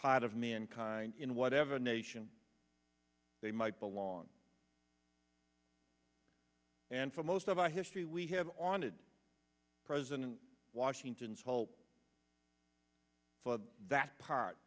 part of mankind in whatever nation they might belong and for most of our history we have on it president washington's help for that part